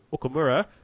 Okamura